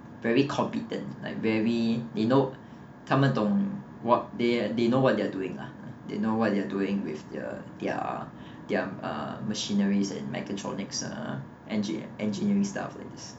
very competent like very they know 他们懂 [what] they they know what they're doing lah they know what they're doing with uh their their uh machinery and mechatronics uh engi~ engine~ engineering stuff like this